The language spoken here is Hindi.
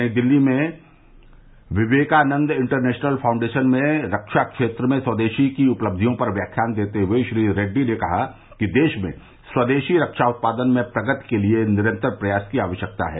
नई दिल्ली में कल विवेकानंद इंटरनेशनल फांउडेशन में रक्षा क्षेत्र में स्वदेशीकरण की उपलक्षियों पर व्याख्यान देते हुए श्री रेडडी ने कहा कि देश में स्वदेशी रक्षा उत्पादन में प्रगति के लिए निरन्तर प्रयास की आवश्यकता है